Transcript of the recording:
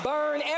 Burn